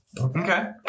Okay